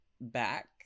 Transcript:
back